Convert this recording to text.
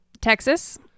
Texas